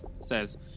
says